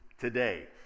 today